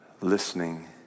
listening